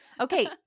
Okay